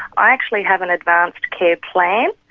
i actually have an advance care plan,